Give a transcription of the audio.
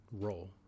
role